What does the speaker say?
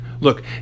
Look